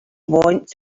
want